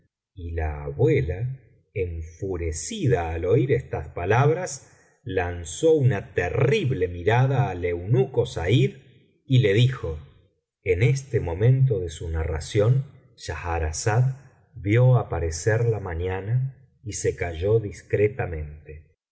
y la abuela enfurecida al oir estas palabras lanzó una terrible mirada al eunuco said y le dijo en este momento de su narración schalirazada vio aparecer la mañana y se calló discretamente